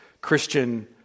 Christian